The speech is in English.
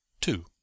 two